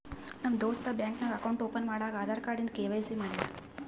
ನಮ್ ದೋಸ್ತ ಬ್ಯಾಂಕ್ ನಾಗ್ ಅಕೌಂಟ್ ಓಪನ್ ಮಾಡಾಗ್ ಆಧಾರ್ ಕಾರ್ಡ್ ಇಂದ ಕೆ.ವೈ.ಸಿ ಮಾಡ್ಯಾರ್